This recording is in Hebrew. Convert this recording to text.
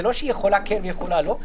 זה לא שהיא יכולה כן והיא יכולה לא,